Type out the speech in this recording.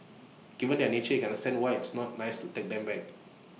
given their nature you can understand why it's not nice to take them back